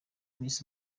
miss